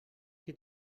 qui